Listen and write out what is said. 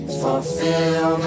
fulfill